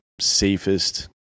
safest